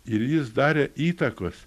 ir jis darė įtakos